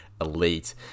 elite